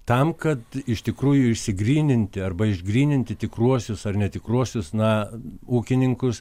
tam kad iš tikrųjų išsigryninti arba išgryninti tikruosius ar netikruosius na ūkininkus